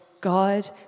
God